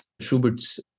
Schubert's